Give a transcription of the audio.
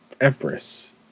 empress